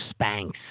Spanx